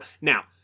Now